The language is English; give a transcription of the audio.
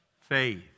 faith